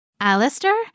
Alistair